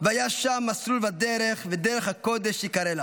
--- והיה שם מסלול ודרך ודרך הקדש יקרא לה